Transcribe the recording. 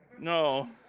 no